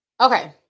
Okay